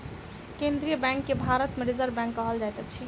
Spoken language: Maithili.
केन्द्रीय बैंक के भारत मे रिजर्व बैंक कहल जाइत अछि